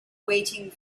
waiting